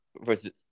versus